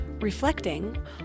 reflecting